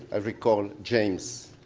i recall, james,